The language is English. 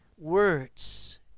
words